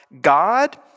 God